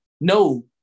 no